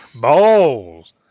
Balls